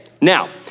Now